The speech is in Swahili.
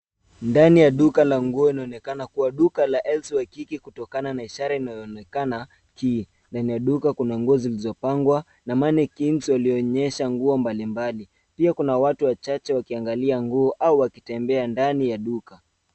Ndani ya duka la nguo inaonekana kuwa duka la LC Waikiki kutokana na ishara inayooekana chini na yenye nguo zilizopangwa na mannequins walioonyesha nguo mbalimbali . Pia kuna watu wachache wakiangalia nguo au wakitembea ndani ya duka.